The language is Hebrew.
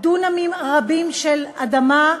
דונמים רבים של אדמה,